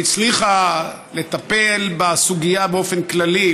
הצליחה לטפל בסוגיה באופן כללי,